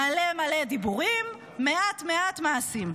מלא מלא דיבורים, מעט מעט מעשים.